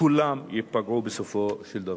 כולם ייפגעו בסופו של דבר.